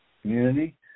community